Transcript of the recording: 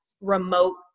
remote